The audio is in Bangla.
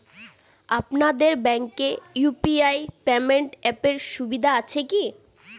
আপনাদের ব্যাঙ্কে ইউ.পি.আই পেমেন্ট অ্যাপের সুবিধা আছে কি?